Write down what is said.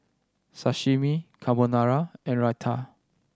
Sashimi Carbonara and Raita